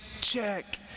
check